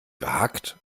gehackt